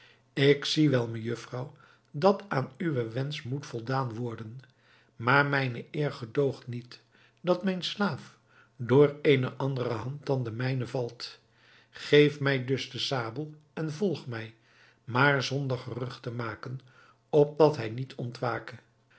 ik zie wel mejufvrouw dat aan uwen wensch moet voldaan worden maar mijne eer gedoogt niet dat mijn slaaf door eene andere hand dan de mijne valt geef mij dus de sabel en volg mij maar zonder gerucht te maken opdat hij niet ontwake